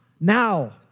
now